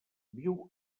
viu